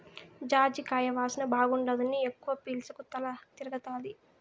జాజికాయ వాసన బాగుండాదని ఎక్కవ పీల్సకు తల తిరగతాది